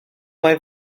mai